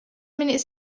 minutes